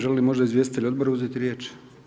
Želi li možda izvjestitelj odbora uzeti riječ?